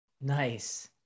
Nice